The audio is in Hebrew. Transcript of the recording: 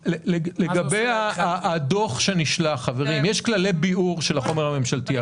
לגבי הדוח שנשלח, יש כללי ביעור של החומר הממשלתי.